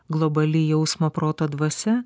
globali jausmo proto dvasia